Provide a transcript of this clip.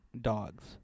dogs